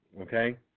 Okay